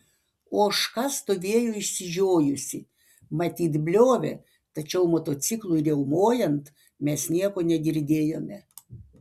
ožka stovėjo išsižiojusi matyt bliovė tačiau motociklui riaumojant mes nieko negirdėjome